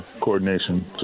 coordination